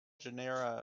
genera